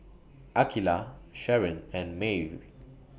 Akeelah Sharen and Maeve